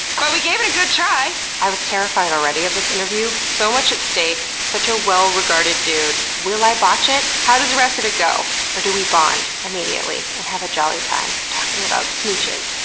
but we gave it a good try! i was terrified already of this interview. so much at stake. such a well-regarded dude. will i botch it? how does the rest of it go? or do we bond immediately and have a jolly time talking about smooches,